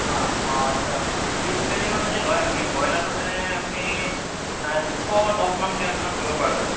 অঁ অঁ আচ্ছা বিশ কে জি মান যদি লয় আপুনি ব্ৰইলাৰটো তেনে আপুনি দুইশ দহ মানকৈ আপোনাক দিব পৰা যাব